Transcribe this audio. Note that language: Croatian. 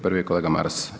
Prvi je kolega Maras.